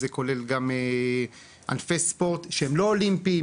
זה כולל גם ענפי ספורט שהם לא אולימפיים,